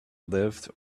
lived